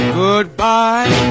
goodbye